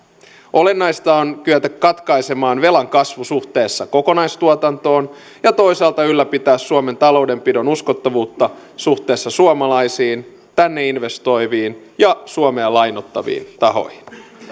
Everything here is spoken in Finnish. olennaista on kyetä katkaisemaan velan kasvu suhteessa kokonaistuotantoon ja toisaalta ylläpitää suomen taloudenpidon uskottavuutta suhteessa suomalaisiin tänne investoiviin ja suomea lainoittaviin tahoihin